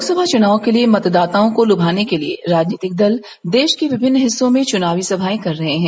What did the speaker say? लोकसभा चुनाव के लिए मतदाताओं को लुभाने के लिए राजनीतिक दल देश के विभिन्न हिस्सों में चुनावी सभायें कर रहे हैं